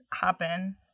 happen